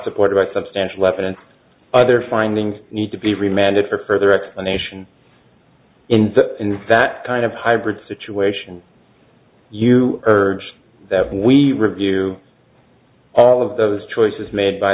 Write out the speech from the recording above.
supported by substantial evidence other findings need to be remanded for further explanation in that in that kind of hybrid situation you urge that we review all of those choices made by